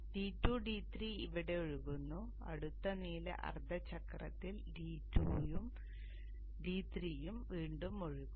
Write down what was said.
D2 D3 ഇവിടെ ഒഴുകുന്നു അടുത്ത നീല അർദ്ധചക്രത്തിൽ D2 ഉം D3 ഉം വീണ്ടും ഒഴുകും